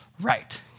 Right